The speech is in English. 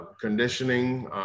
Conditioning